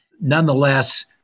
Nonetheless